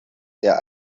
der